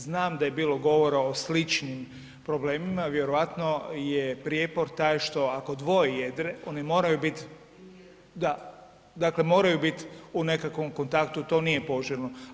Znam da je bilo govora o sličnim problemima, vjerojatno je prijepor taj što ako dvoje jedre, oni moraju bit … [[Upadica iz klupe se ne razumije]] da, dakle moraju bit u nekakvom kontaktu, to nije poželjno.